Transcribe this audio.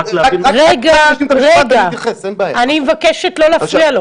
רגע, אני מבקשת לא להפריע.